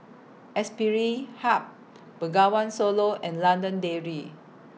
Aspire Hub Bengawan Solo and London Dairy